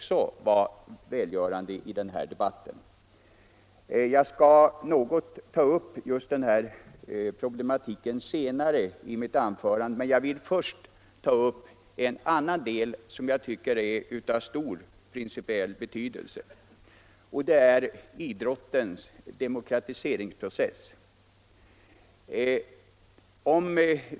Senare i mitt anförande skall jag återkomma till detta problem, men jag vill först ta upp en annan fråga som jag tycker är av stor principiell betydelse och som gäller idrottens demokratiseringsprocess.